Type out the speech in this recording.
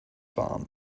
farm